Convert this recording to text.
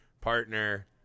partner